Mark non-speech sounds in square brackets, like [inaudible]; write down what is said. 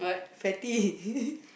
fatty [laughs]